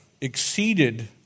exceeded